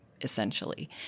essentially